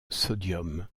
sodium